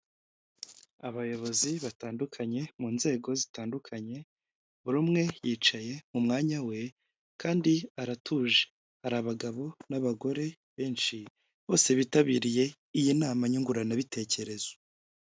Abayobozi batandukanye mu nzego zitandukanye buri umwe yicaye mu mwanya we kandi aratuje hari abagabo n'abagore benshi bose bitabiriye iyi nama nyunguranabitekerezo.